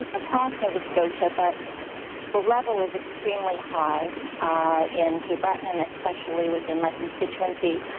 um across nova scotia, but level is extremely high in cape breton and especially within my constituency.